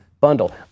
bundle